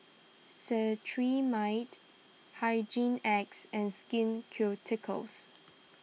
Cetrimide Hygin X and Skin Ceuticals